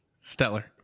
Stellar